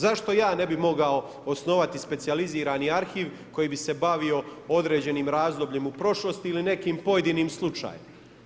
Zašto ja ne bih mogao osnovati specijalizirani arhiv koji bi se bavio određenim razdobljem u prošlosti ili nekim pojedinim slučajem?